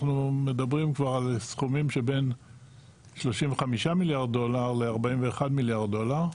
אנחנו מדברים כבר על סכומים שבין 35-41 מיליארד דולרים,